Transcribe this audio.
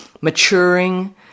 maturing